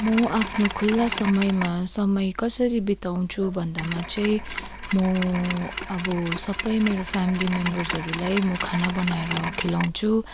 म आफ्नो खुल्ला समयमा समय कसरी बिताउँछु भन्दामा चाहिँ म अब सबै मेरो फेमिली मेम्बर्सहरूलाई म खाना बनाएर खिलाउँछु